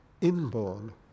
inborn